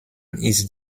ist